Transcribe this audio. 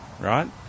right